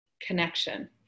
connection